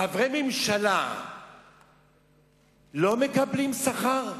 חברי הממשלה לא מקבלים שכר?